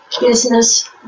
business